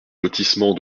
lotissement